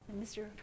Mr